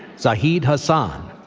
zahid hasan.